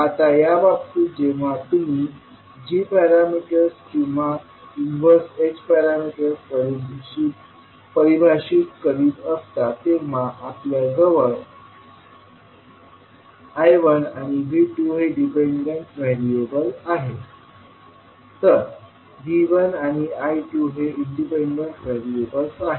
आता या बाबतीत जेव्हा तुम्ही g पॅरामीटर्स किंवा इन्वर्स h पॅरामीटर्स परिभाषित करीत असता तेव्हा आपल्या जवळ I1आणि V2हे डिपेंडंट व्हेरिएबल आहेत तर V1आणि I2 हे इंडिपेंडेंट व्हेरिएबल आहेत